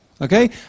Okay